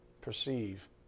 perceive